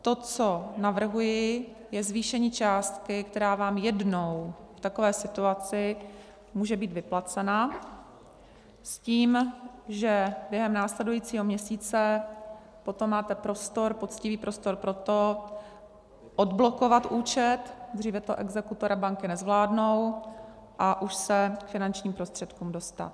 To, co navrhuji, je zvýšení částky, která vám jednou v takové situaci může být vyplacena s tím, že během následujícího měsíce potom máte prostor, poctivý prostor pro to odblokovat účet, dříve to exekutor a banky nezvládnou, a už se k finančním prostředkům dostat.